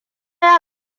ya